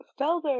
Felder